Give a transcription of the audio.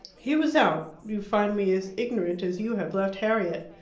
he was out. you find me as ignorant as you have left harriet.